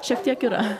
šiek tiek yra